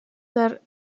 der